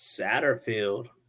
Satterfield